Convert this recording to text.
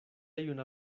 juna